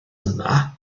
yna